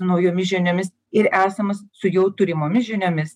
naujomis žiniomis ir esamas su jau turimomis žiniomis